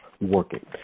working